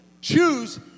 choose